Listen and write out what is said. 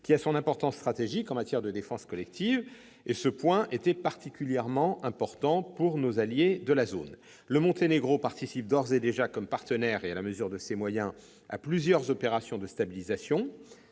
qui a son importance stratégique en matière de défense collective. Ce point était particulièrement important pour nos alliés de la zone. Le Monténégro participe d'ores et déjà comme partenaire, à la mesure de ses moyens, à plusieurs opérations de stabilisation